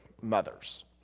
mothers